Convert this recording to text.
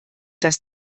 dass